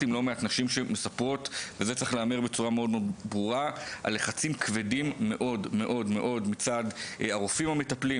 שוחחתי עם לא מעט נשים שמספרות על לחצים כבדים מאוד מצד הרופאים המטפלים,